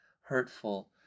hurtful